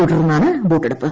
തുടർന്നാണ് വോട്ടെടുപ്പ്